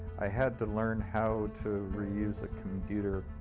i had to learn how to re-use a computer.